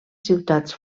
ciutats